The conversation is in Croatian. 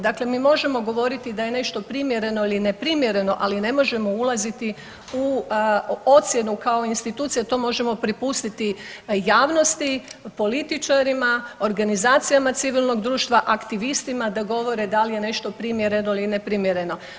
Dakle, mi možemo govoriti da je nešto primjereno ili ne primjereno, ali ne možemo ulazit u ocjenu kao institucija to možemo prepustiti javnosti, političarima, organizacijama civilnog društva, aktivistima da govore da li je nešto primjereno ili ne primjereno.